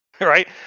right